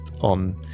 on